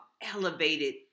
elevated